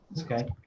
okay